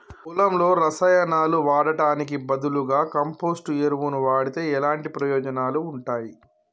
పొలంలో రసాయనాలు వాడటానికి బదులుగా కంపోస్ట్ ఎరువును వాడితే ఎలాంటి ప్రయోజనాలు ఉంటాయి?